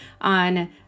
on